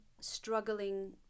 struggling